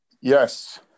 Yes